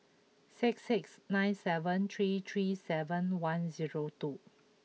six six nine seven three three seven one two